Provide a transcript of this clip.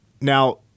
Now